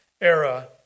era